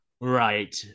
right